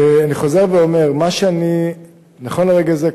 אני חוזר ואומר: נכון לרגע זה,